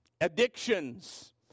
Addictions